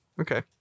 Okay